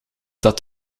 dat